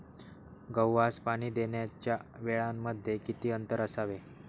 गव्हास पाणी देण्याच्या वेळांमध्ये किती अंतर असावे?